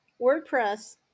WordPress